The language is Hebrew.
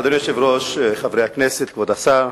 אדוני היושב-ראש, חברי הכנסת, כבוד השר,